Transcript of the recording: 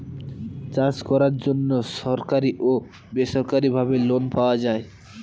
চাষ করার জন্য সরকারি ও বেসরকারি ভাবে লোন পাওয়া যায়